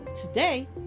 Today